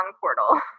portal